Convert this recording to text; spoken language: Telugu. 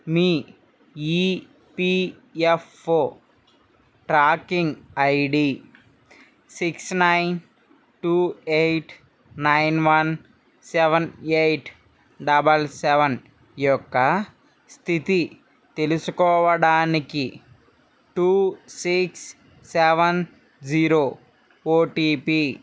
నీ EPFO tracking ID six nine two eight nine one seven eight double seven యొక్క స్థితి తెలుసుకోవడానికి two six seven zero OTP